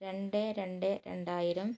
രണ്ട് രണ്ടു രണ്ടായിരം